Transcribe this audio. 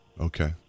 Okay